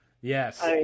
Yes